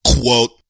Quote